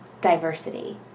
diversity